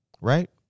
right